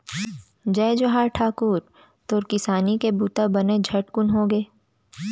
जय जोहार ठाकुर, तोर किसानी के बूता बने झटकुन होगे?